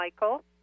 Michael